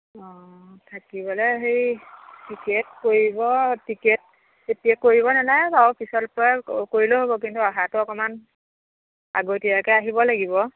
অ থাকিবলৈ হেৰি টিকেট কৰিব টিকেট এতিয়া কৰিব নেলাগে বাৰু পিছত কৰিলেও হ'ব কিন্তু অহাটো অকমান আগতীয়াকৈ আহিব লাগিব